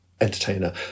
entertainer